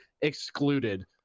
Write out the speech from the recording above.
excluded